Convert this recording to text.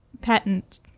Patent